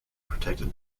protected